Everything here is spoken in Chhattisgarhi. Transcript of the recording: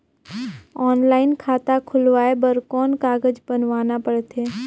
ऑनलाइन खाता खुलवाय बर कौन कागज बनवाना पड़थे?